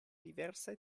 diversaj